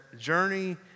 journey